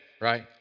right